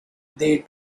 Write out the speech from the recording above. they